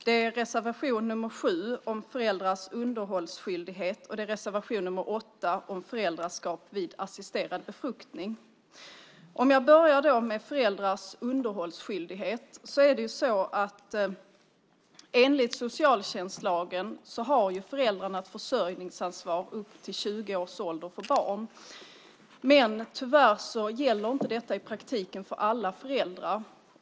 Det är reservation nr 7 om föräldrars underhållsskyldighet och reservation nr 8 om föräldraskap vid assisterad befruktning. Jag börjar med föräldrars underhållsskyldighet. Enligt socialtjänstlagen har föräldrarna ett försörjningsansvar för barn upp till 20 års ålder. Tyvärr gäller inte detta i praktiken för alla föräldrar.